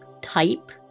type